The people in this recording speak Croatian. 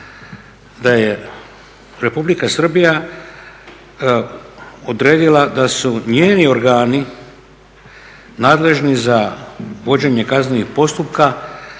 da je Republika Srbija odredila da su njeni organi nadležni za vođenje kaznenog postupka